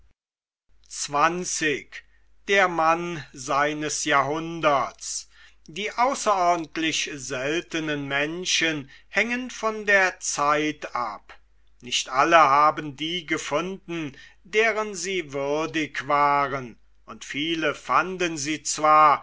die außerordentlich seltenen menschen hängen von der zeit ab nicht alle haben die gefunden deren sie würdig waren und viele fanden sie zwar